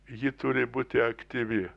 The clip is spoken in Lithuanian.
ji turi būti aktyvi